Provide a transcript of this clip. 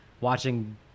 watching